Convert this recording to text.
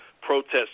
protests